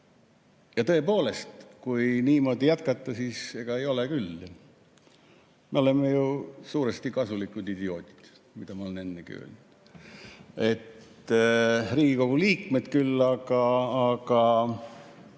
Tõepoolest, kui niimoodi jätkata, siis ega ei ole küll. Me oleme ju suuresti kasulikud idioodid, olen seda ennegi öelnud. Riigikogu liikmed küll, aga